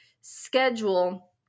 schedule